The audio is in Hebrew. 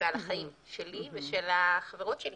ועל החיים שלי ושל החברות שלי.